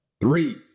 three